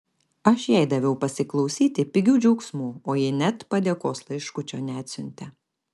aš jai daviau pasiklausyti pigių džiaugsmų o ji net padėkos laiškučio neatsiuntė